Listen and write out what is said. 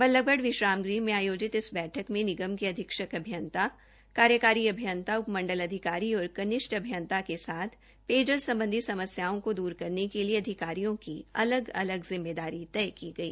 बल्लभगढ विश्राम गृह में आयोजित इस बैठक में निगम के अधीक्षक अभियंता कार्यकारी अभियंता उपमण्डल अधिकारी और कनिष्ट अभियंता के साथ पेयजल संबंधी समस्याओं को दूर करने के लिए अधिकारियों की अलग अलग जिम्मेदारी तय की गई